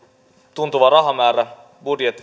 tuntuva rahamäärä